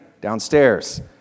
downstairs